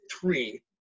three